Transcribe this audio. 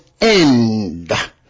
end